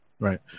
Right